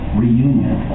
reunion